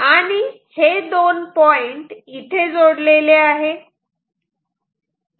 आणि हे दोन पॉईंट इथे जोडलेले आहे